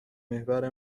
محور